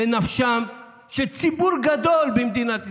בנפשם של ציבור גדול במדינת ישראל?